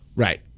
Right